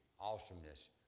awesomeness